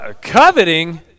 Coveting